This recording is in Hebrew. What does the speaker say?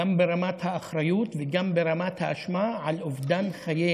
גם ברמת האחריות וגם ברמת האשמה, על אובדן חיי